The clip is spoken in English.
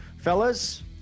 Fellas